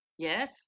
Yes